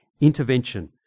intervention